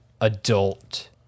adult